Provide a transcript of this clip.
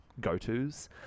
go-tos